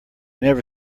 never